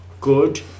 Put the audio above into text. good